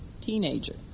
teenager